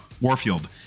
warfield